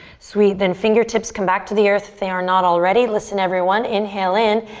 sweet, then fingertips come back to the earth if they are not already. listen everyone, inhale in,